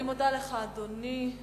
אני מודה לך, אדוני.